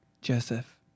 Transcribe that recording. Joseph